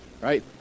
right